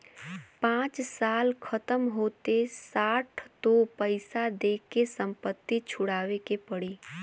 पाँच साल खतम होते साठ तो पइसा दे के संपत्ति छुड़ावे के पड़ी